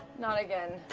not again.